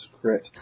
Crit